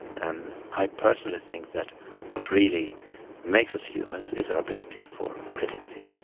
and i personally think that what really makes us humans is our ability for creativity.